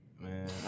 Man